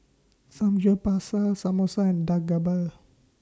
Samgyeopsal Samosa and Dak